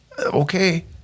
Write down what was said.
Okay